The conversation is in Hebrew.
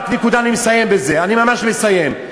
אני ממש מסיים,